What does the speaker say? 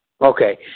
Okay